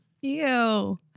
Ew